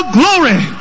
glory